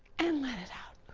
and let it out.